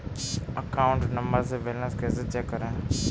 Account number से balance कैसे check करें?